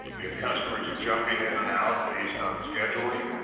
we have customers jumping in and out based on scheduling.